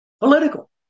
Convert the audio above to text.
political